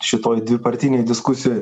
šitoj dvipartinėj diskusijoj